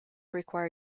require